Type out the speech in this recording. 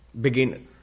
begin